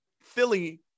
Philly